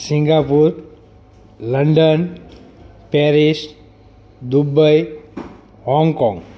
Singapore London Paris Dubai Hong Kong